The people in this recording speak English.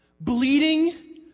Bleeding